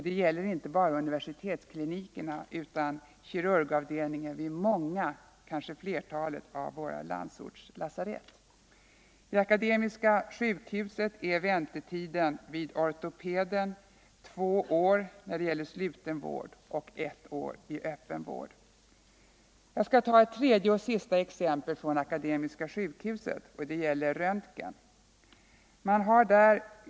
Detta gäller inte bara universitetsklinikerna utan kirurgavdelningen vid många, kanske flertalet, av våra landsortslasarett. Vid Akademiska sjukhuset är väntetiden på ortopeden två år i sluten vård och ett år i öppen vård. Jag skall ta ett tredje och sista exempel från Akademiska sjukhuset. Det gäller röntgen.